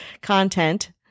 content